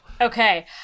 Okay